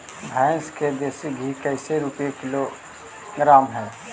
भैंस के देसी घी कैसे रूपये किलोग्राम हई?